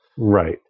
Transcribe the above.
Right